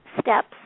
steps